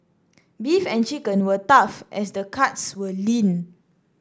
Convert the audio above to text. beef and chicken were tough as the cuts were lean